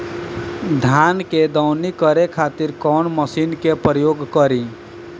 धान के दवनी करे खातिर कवन मशीन के प्रयोग करी?